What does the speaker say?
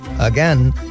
Again